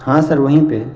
ہاں سر وہیں پہ